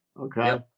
Okay